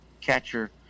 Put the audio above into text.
catcher